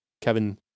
Kevin